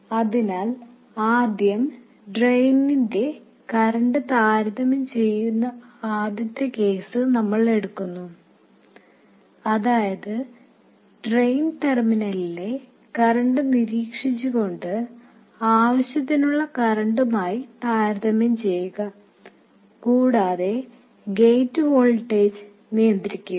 അതിനാൽ ആദ്യം ഡ്രെയിനിലെ കറൻറ് താരതമ്യം ചെയ്യുന്ന ആദ്യത്തെ കേസ് നമ്മൾ എടുക്കുന്നു അതായത് ഡ്രെയിൻ ടെർമിനലിലെ കറന്റ് നിരീക്ഷിച്ചുകൊണ്ട് ആവശ്യമുള്ള കറന്റുമായി താരതമ്യം ചെയ്യുക കൂടാതെ ഗേറ്റ് വോൾട്ടേജ് നിയന്ത്രിക്കുക